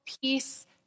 peace